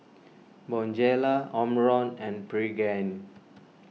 Bonjela Omron and Pregain